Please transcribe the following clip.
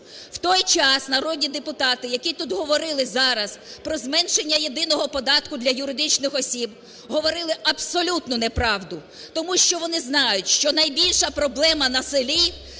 В той час народні депутати, які тут говорили зараз про зменшення єдиного податку для юридичних осіб, говорили абсолютну неправду. Тому що вони знають, що найбільша проблема на селі –